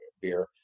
beer